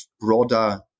broader